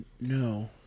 No